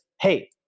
hey